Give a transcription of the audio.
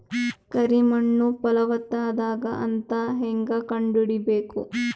ಕರಿ ಮಣ್ಣು ಫಲವತ್ತಾಗದ ಅಂತ ಹೇಂಗ ಕಂಡುಹಿಡಿಬೇಕು?